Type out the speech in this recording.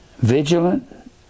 Vigilant